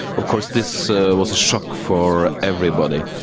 of course this so was a shock for everybody,